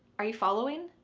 are you following?